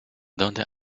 donde